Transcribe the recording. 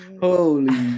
Holy